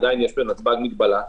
עדיין יש בנתב"ג מגבלה,